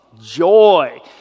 joy